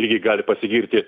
ir ji gali pasigirti